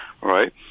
right